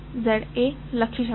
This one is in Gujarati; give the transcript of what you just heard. I1ને તમે V1 VxZA લખી શકો છો